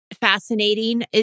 fascinating